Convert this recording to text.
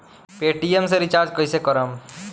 Paytm से recharge कईसे करम?